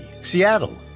Seattle